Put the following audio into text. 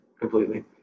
completely